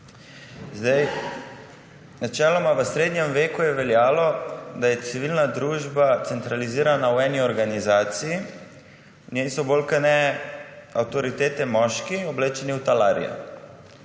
Načeloma v srednjem veku je veljalo, da je civilna družba centralizirana v eni organizaciji, v njej so bolj kot ne avtoritete moški oblečeni v talarje.